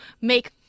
make